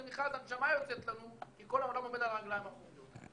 מכרז הנשמה יוצאת לנו כי העולם עומד על הרגלים האחוריות.